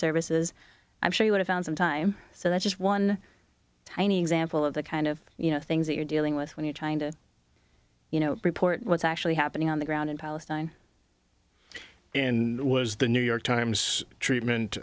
services i'm sure you would have found some time so that's just one tiny example of the kind of you know things that you're dealing with when you're trying to you know report what's actually happening on the ground in palestine in was the new york times treatment